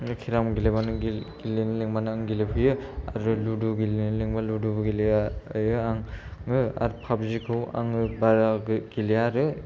बे केर'म गेलेबानो गेलेनो लिंब्लानो आं गेलेफैयो ओरो लुड' गेलेनो लिंब्ला लुड' बो गेलेयो आं आरो पाबजि खौ आङो बारा गेलेया आरो